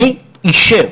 מי אישר